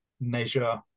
measure